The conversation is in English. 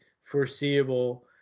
foreseeable